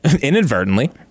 inadvertently